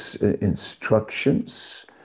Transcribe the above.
instructions